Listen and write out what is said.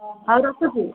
ହଉ ରଖୁଛି